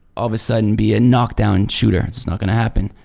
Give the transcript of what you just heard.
of a sudden be a knockdown shooter it's not gonna happen